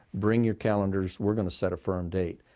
bring your calendars, we're going to set a firm date.